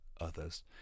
others